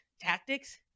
tactics